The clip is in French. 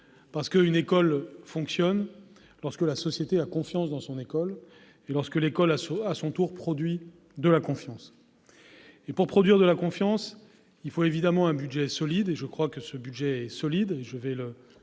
système. Une école fonctionne lorsque la société a confiance en elle et lorsque l'école à son tour produit de la confiance. Pour produire de la confiance, il faut évidemment un budget solide- je crois que ce budget est solide